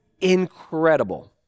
incredible